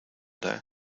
day